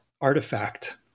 artifact